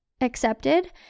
accepted